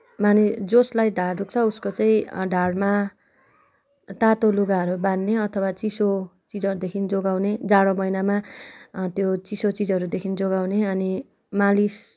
माने जस्लाई ढाँड दुख्छ उसको चाहिँ ढाँडमा तातो लुगाहरू बाँध्ने अथवा चिसो चिजहरूदेखि जोगाउने जाडो महिनामा त्यो चिसो चिजहरूदेखि जोगाउने अनि मालिस गर